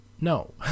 No